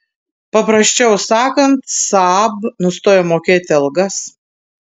paprasčiau sakant saab nustojo mokėti algas